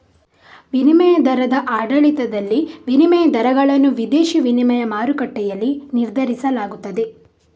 ವಿನಿಮಯ ದರದ ಆಡಳಿತದಲ್ಲಿ, ವಿನಿಮಯ ದರಗಳನ್ನು ವಿದೇಶಿ ವಿನಿಮಯ ಮಾರುಕಟ್ಟೆಯಲ್ಲಿ ನಿರ್ಧರಿಸಲಾಗುತ್ತದೆ